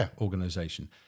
organization